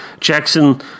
Jackson